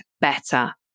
better